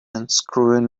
unscrewing